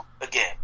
again